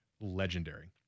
Legendary